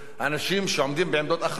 האנשים שעומדים בעמדות אחריות